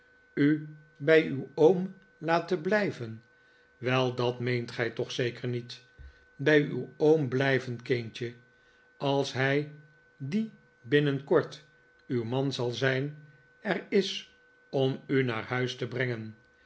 u bij uw oom laten blijven wei dat meent gij toch zeker niet bij uw oom blijven kindje als hij die binnenkort uw man zal zijn er is om u naar huis te brengen